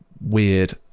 weird